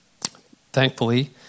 Thankfully